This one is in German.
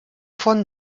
von